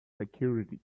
security